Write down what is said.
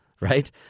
Right